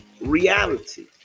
reality